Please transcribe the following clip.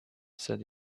said